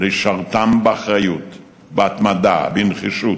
לשרתם באחריות, בהתמדה, בנחישות,